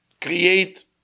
create